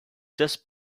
just